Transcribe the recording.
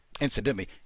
incidentally